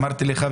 אמרתי לך,